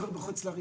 להתחסן.